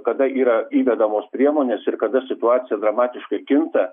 kada yra įvedamos priemonės ir kada situacija dramatiškai kinta